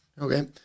Okay